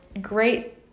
great